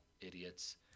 idiots